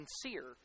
sincere